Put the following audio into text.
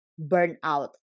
burnout